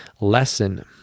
lesson